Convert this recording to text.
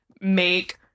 make